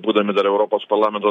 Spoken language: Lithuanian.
būdami dar europos parlamento